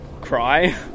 cry